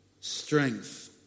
strength